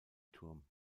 turm